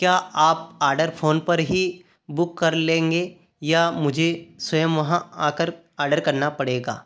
क्या आप order phone पर ही बुक कर लेंगे या मुझे स्वयं वहाँ आकर आर्डर करना पड़ेगा